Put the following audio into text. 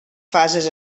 fases